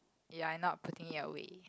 ya you not putting it away